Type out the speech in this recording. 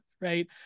right